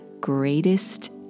greatest